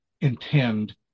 intend